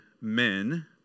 men